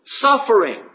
suffering